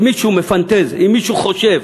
אם מישהו מפנטז, אם מישהו חושב